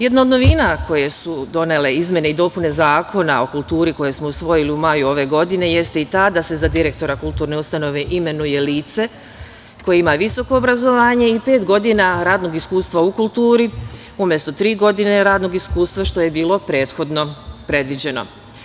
Jedna od novina koje su donele izmene i dopune Zakona o kulturi koji smo usvojili u maju ove godine jeste i ta da se za direktora kulturne ustanove imenuje lice koje ima visoko obrazovanje i pet godina radnog iskustva u kulturi, umesto tri godine radnog iskustva, što je bilo prethodno predviđeno.